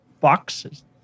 boxes